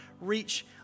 reach